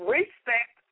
Respect